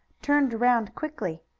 turned around quickly.